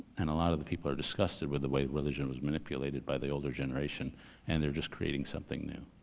and a lot of the people are disgusted with the way religion was manipulated by the older generation and they're just creating something new.